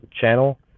channel